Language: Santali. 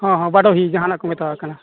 ᱦᱮᱸ ᱦᱮᱸ ᱵᱟᱰᱳᱦᱤ ᱡᱟᱦᱟᱱᱟᱜ ᱠᱚ ᱢᱮᱛᱟᱜᱟᱜ ᱠᱟᱱᱟ